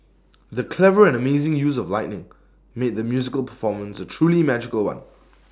the clever and amazing use of lighting made the musical performance A truly magical one